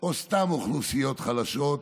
או סתם אוכלוסיות חלשות,